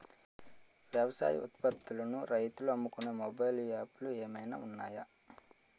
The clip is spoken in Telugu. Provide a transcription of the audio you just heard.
వ్యవసాయ ఉత్పత్తులను రైతులు అమ్ముకునే మొబైల్ యాప్ లు ఏమైనా ఉన్నాయా?